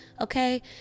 okay